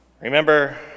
Remember